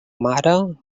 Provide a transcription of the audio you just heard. mare